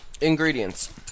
Ingredients